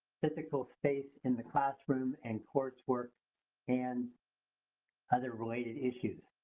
physical space in the classroom, and coursework and other related issues.